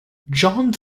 johns